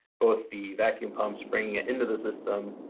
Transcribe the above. both the vacuum pumps bringing it into the system.